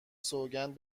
سوگند